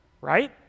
Right